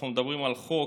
אנחנו מדברים על החוק